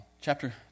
Chapter